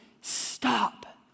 Stop